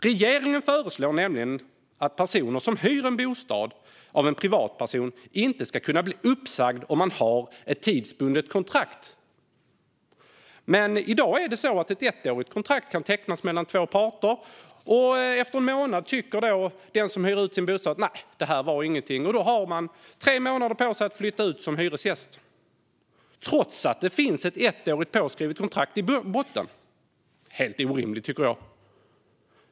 Regeringen föreslår nämligen att personer som hyr bostad av en privatperson inte ska kunna bli uppsagda om de har ett tidsbundet kontrakt. I dag kan ett ettårigt kontrakt tecknas mellan två parter, och efter en månad tycker den som hyr ut sin bostad att det inte var något. Då har man som hyresgäst tre månader på sig att flytta ut, trots att det finns ett påskrivet ettårigt kontrakt i botten. Detta är helt orimligt, tycker jag.